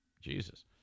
Jesus